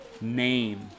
name